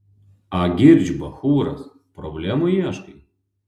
agirdž bachūras problemų ieškai